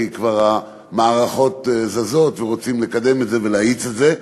כי המערכות כבר זזות ורוצים לקדם את זה ולהאיץ את זה.